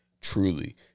truly